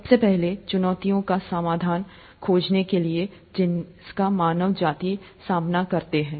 सबसे पहले चुनौतियों का समाधान खोजने के लिए जिसका मानव जाति सामना करते हैं